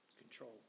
control